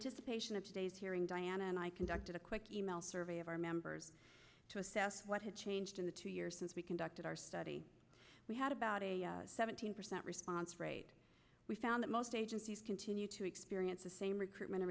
anticipation of today's hearing diane and i conducted a quick e mail survey of our members to assess what has changed in the two years since we conducted our study we had about a seventeen percent response rate we found that most agencies continue to experience the same recruitment